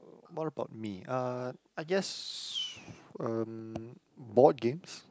what about me uh I guess um board games